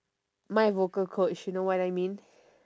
my vocal coach you know what I mean